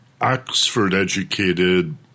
Oxford-educated